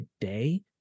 day